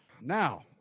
Now